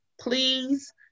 please